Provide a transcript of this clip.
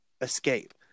escape